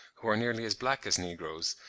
who are nearly as black as negroes,